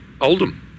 Oldham